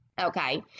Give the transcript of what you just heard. Okay